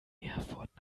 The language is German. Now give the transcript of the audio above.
erfurt